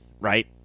right